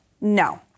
No